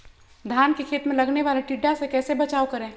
धान के खेत मे लगने वाले टिड्डा से कैसे बचाओ करें?